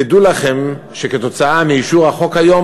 תדעו לכם שכתוצאה מאישור החוק היום,